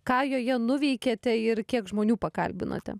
ką joje nuveikėte ir kiek žmonių pakalbinote